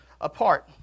apart